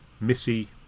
Missy